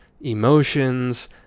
emotions